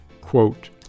Quote